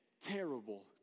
terrible